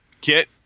kit